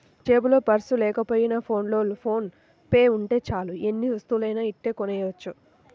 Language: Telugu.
జేబులో పర్సు లేకపోయినా ఫోన్లో ఫోన్ పే ఉంటే చాలు ఎన్ని వస్తువులనైనా ఇట్టే కొనెయ్యొచ్చు